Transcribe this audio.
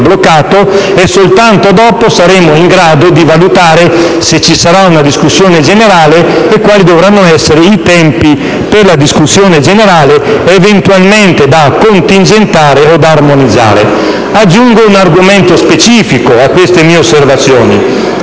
si sarà in grado di valutare se vi sarà una discussione generale e quali dovranno essere i tempi per la stessa, eventualmente da contingentare o da armonizzare. Aggiungo poi un argomento specifico a queste mie osservazioni.